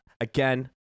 again